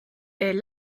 est